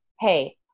Hey